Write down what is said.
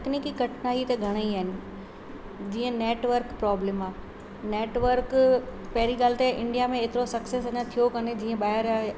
तकनीकी कठिनाई त घणे ई आहिनि जीअं नैटवर्क प्रॉब्लम आहे नैटवर्क पहिरीं ॻाल्हि त इंडिया में एतिरो सक्सेस अञा थियो कोन्हे जीअं ॿाहिरि